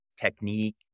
technique